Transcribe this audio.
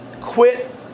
quit